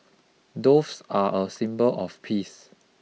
doves are a symbol of peace